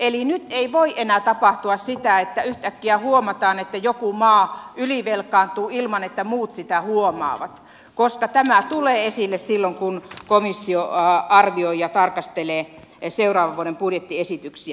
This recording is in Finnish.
eli nyt ei voi enää tapahtua sitä että yhtäkkiä huomataan että joku maa ylivelkaantuu ilman että muut sitä huomaavat koska tämä tulee esille silloin kun komissio arvioi ja tarkastelee seuraavan vuoden budjettiesityksiä